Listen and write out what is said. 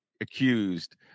accused